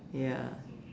ya